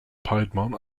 piedmont